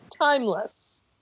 Timeless